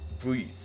Breathe